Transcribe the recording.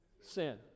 Sin